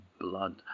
blood